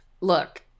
Look